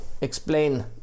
explain